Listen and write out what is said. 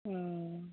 ও